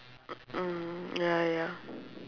mm ya ya ya